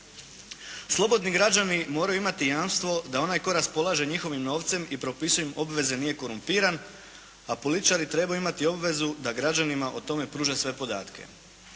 Slobodni građani moraju imati jamstvo da onaj tko raspolaže njihovim novcem i propisuje im obveze nije korumpiran, a političari trebaju imati obvezu da građanima o tome pruže sve podatke.